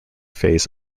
phase